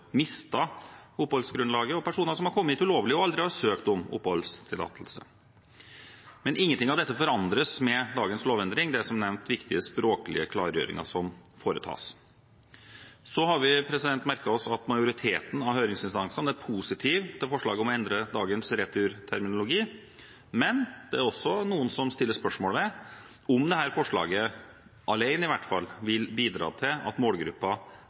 oppholdsgrunnlaget, og personer som har kommet hit ulovlig og aldri har søkt om oppholdstillatelse. Ingenting av dette forandres med dagens lovendring, det er som nevnt viktige språklige klargjøringer som foretas. Vi har merket oss at majoriteten av høringsinstansene er positive til forslaget om å endre dagens returterminologi, men det er også noen som stiller spørsmål ved om dette forslaget – alene, i hvert fall – vil bidra til at